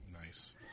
nice